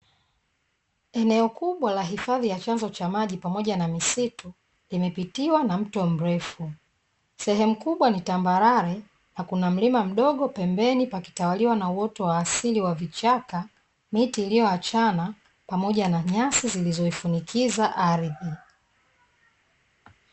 Eneo kubwa ya hifadhi ya chanzo cha maji pamoja na misitu, imepitiwa na mto mrefu. sehemu kubwa ni tambalale na kuna mlima mdogo pembeni, pakitawaliwa na uoto wa asili wa vichaka, miti iliyoachana pamoja na nyasi zilizoifunikiza ardhi.